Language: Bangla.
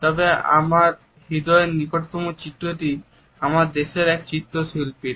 তবে আমার হৃদয়ের নিকটতম চিত্রটি আমার দেশের এক চিত্রশিল্পীর